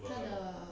他的